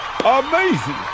Amazing